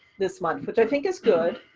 this month, which i think is good.